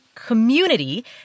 community